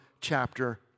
chapter